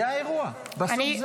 זה האירוע, בסוף זה האירוע.